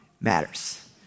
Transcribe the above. matters